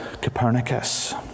Copernicus